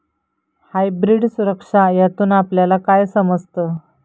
Hybrid सुरक्षा यातून आपल्याला काय समजतं?